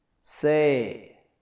Say